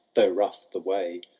though rough the way,